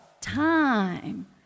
time